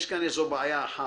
יש כאן איזו בעיה אחת,